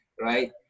right